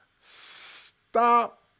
Stop